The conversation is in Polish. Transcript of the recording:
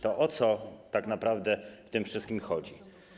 To o co tak naprawdę tym wszystkim chodzi?